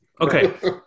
Okay